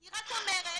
אני רק אומרת